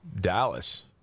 Dallas